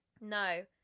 No